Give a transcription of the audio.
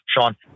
Sean